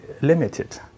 limited